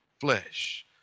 flesh